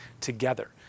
together